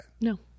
No